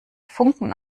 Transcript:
funken